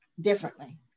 differently